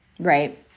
right